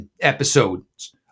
episodes